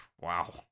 Wow